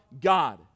God